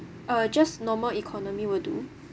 uh just normal economy will do